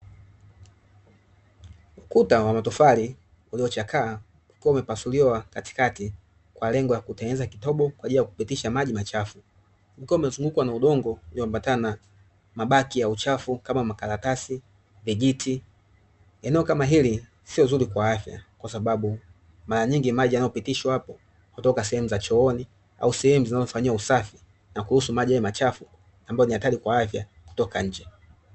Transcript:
Ukuta wa matofari uliochakaa ukiwa umepasuliwa katikati kwa lengo la kutengeza kitobo kwaajili ya kupitisha maji machafu ukiwa umezunguukwa na udongo uliombatana na mabaki ya uchafu kama makaratasi na vijiti eneo kama hili sio zuri kwa afya kwasababu mara nyingi maji yanayopitishwa hapo hutokea sehemu za chooni au sehemu zinazofanyiwa usafi na kuhusu maji hayo machafu ambayo ni hatari kwa afya kutoka nje.